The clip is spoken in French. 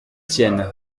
sienne